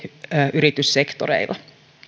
yrityssektoreilla